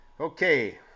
Okay